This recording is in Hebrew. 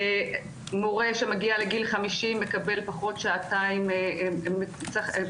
מורה שמגיע לגיל 50 מקבל פחות שעתיים עבודה,